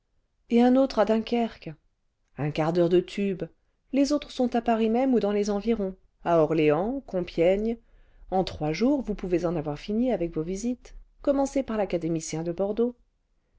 et un autre à dunkerque un quart d'heure cle tube les autres sont à paris même ou dans les environs à orléans compiègne en trois jours vous pouvez en avoir fini avec vos visites commencez par l'académicien de bordeaux